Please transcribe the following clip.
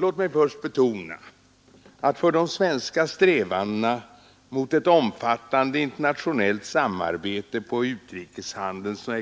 Låt mig först betona att för de svenska strävandena mot ett omfattande internationellt samarbete på utrikeshandelns och